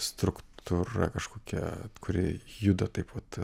struktūra kažkokia kuri juda taip vat